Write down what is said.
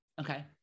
okay